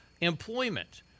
Employment